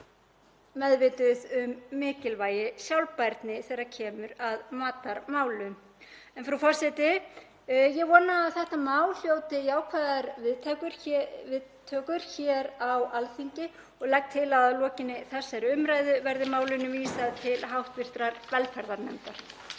meðvituð um mikilvægi sjálfbærni þegar kemur að matarmálum. Frú forseti. Ég vona að þetta mál hljóti jákvæðar viðtökur hér á Alþingi og legg til að að lokinni þessari umræðu verði málinu vísað til hv. velferðarnefndar.